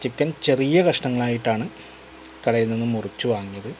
chicken ചെറിയ കഷ്ണങ്ങളായിട്ടാണ് കടയിൽനിന്നും മുറിച്ചു വാങ്ങിയത്